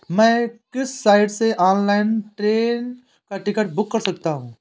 मैं किस साइट से ऑनलाइन ट्रेन का टिकट बुक कर सकता हूँ?